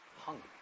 hungry